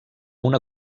una